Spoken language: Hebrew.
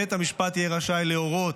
בית המשפט יהיה רשאי להורות,